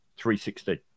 360